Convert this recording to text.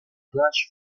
lush